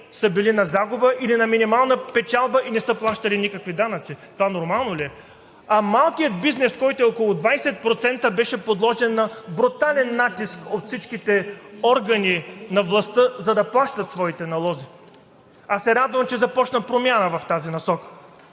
са били на загуба или на минимална печалба и не са плащали никакви данъци? Това нормално ли е?! А малкият бизнес, който е около 20%, беше подложен на брутален натиск от всичките органи на властта, за да плащат своите налози. Аз се радвам, че започна промяна в тази насока.